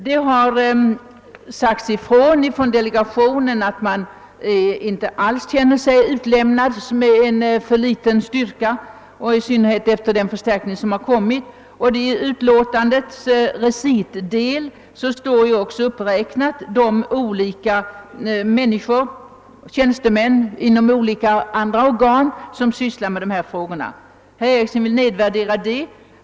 Från delegationen har det sagts ifrån att man inte alls känner sig utlämnad med en för liten styrka, i synnerhet efter den förstärkning som kommit, och i utlåtandets recitdel står också uppräknade de olika tjänstemän inom andra organ som sysslar med dessa frågor. Herr Ericson vill nedvärdera detta.